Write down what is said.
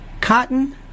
cotton